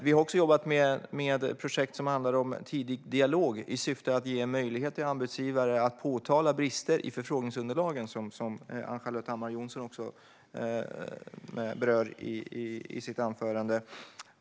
Vi har också jobbat med projekt som handlar om tidig dialog i syfte att ge en möjlighet till arbetsgivare att påtala brister i förfrågningsunderlagen, något som även Ann-Charlotte Hammar Johnsson berör i sitt inlägg.